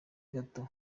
gato